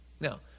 Now